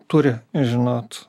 turi žinot